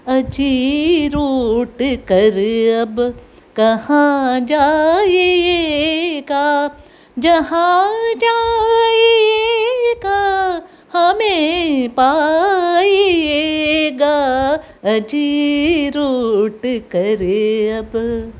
अजी रूट् कर् अब् कहा जायियेका जहाँ जायियेका हमे पायियेगा अजी रूट् कर् अब्